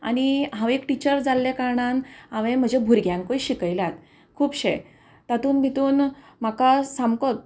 आनी हांव एक टिचर जाल्ल्या कारणान हांवें म्हज्या भुरग्यांकूय शिकयल्यात खुबशें तातूंत भितून म्हाका सामकोच